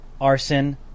arson